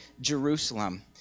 Jerusalem